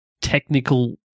technical